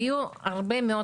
היו הרבה מאוד